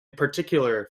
particular